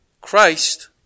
Christ